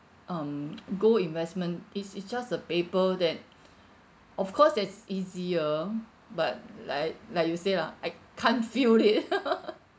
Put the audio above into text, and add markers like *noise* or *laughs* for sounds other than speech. um gold investment it is just a paper that of course that's easier but like like you said lah I can't feel it *laughs*